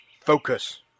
focus